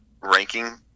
ranking